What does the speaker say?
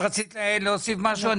את רצית להוסיף משהו?